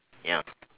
ya